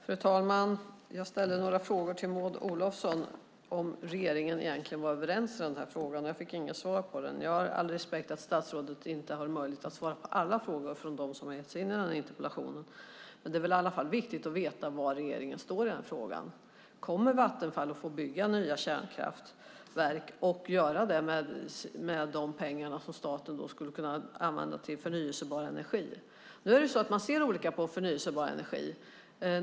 Fru talman! Jag ställde några frågor till Maud Olofsson om regeringen egentligen var överens i den här frågan. Jag fick inga svar på det. Jag har all respekt för att statsrådet inte har möjlighet att svara på alla frågor från dem som har gett sig in i den här interpellationsdebatten. Men det är väl i alla fall viktigt att veta var regeringen står i den frågan. Kommer Vattenfall att få bygga nya kärnkraftverk och göra det med de pengar som staten skulle kunna använda till förnybar energi? Man ser olika på förnybar energi.